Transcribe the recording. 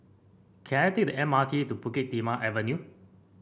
can I take the M R T to Bukit Timah Avenue